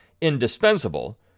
indispensable